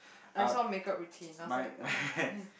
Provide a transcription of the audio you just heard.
I saw make up routine and I was like oh okay